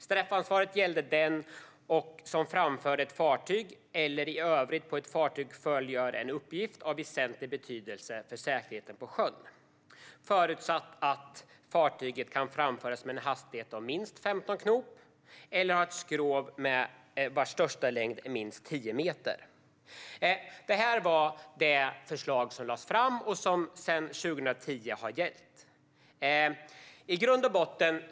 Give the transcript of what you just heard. Straffansvaret gäller den som framför ett fartyg eller i övrigt på ett fartyg fullgör en uppgift av väsentlig betydelse för säkerheten på sjön, förutsatt att fartyget kan framföras med en hastighet om minst 15 knop eller har ett skrov vars största längd är minst 10 meter. Det var det förslag som lades fram, och det har gällt sedan 2010.